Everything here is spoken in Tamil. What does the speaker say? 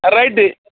ஆ ரைட்டு